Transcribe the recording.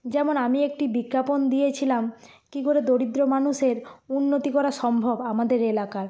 যেমন আমি একটি বিজ্ঞাপন দিয়েছিলাম কী করে দরিদ্র মানুষের উন্নতি করা সম্ভব আমাদের এলাকার